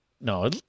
no